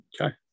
Okay